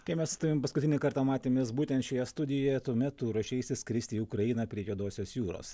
kai mes su tavim paskutinį kartą matėmės būtent šioje studijoje tuomet tu ruošeisi skristi į ukrainą prie juodosios jūros